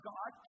God